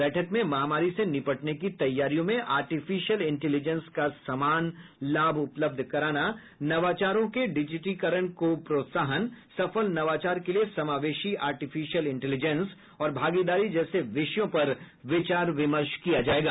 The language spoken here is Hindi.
बैठक में महामारी से निपटने की तैयारियों में आर्टिफिशियल इंटेलिजेंस का समान लाभ उपलब्ध कराना नवाचारों के डिजिटीकरण को प्रोत्साहन सफल नवाचार के लिए समावेशी आर्टिफिशियल इंटेलिजेंस और भागीदारी जैसे विषयों पर विचार विमर्श होगा